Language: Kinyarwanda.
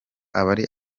abari